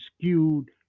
skewed